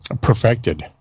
Perfected